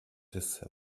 des